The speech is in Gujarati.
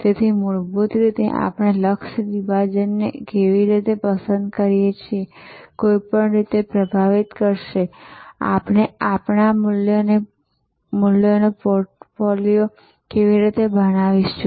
તેથી મૂળભૂત રીતે આપણે લક્ષ્ય વિભાજન કેવી રીતે પસંદ કરીએ તે કોઈપણ રીતે પ્રભાવિત કરશે આપણે આપણા મૂલ્યોનો પોર્ટફોલિયો કેવી રીતે બનાવીશું